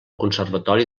conservatori